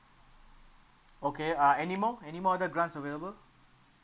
okay uh anymore anymore other grants available